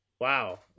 Wow